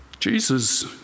Jesus